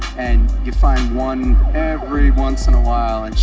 and you find one every once in a while.